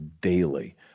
daily